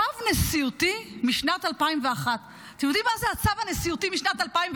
צו נשיאותי משנת 2001. אתם יודעים מה זה הצו הנשיאותי משנת 2001?